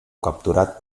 capturat